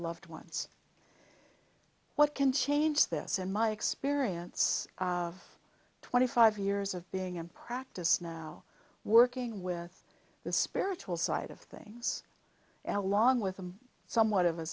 loved ones what can change this in my experience twenty five years of being in practice now working with the spiritual side of things along with a somewhat of a